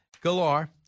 Galar